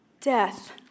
death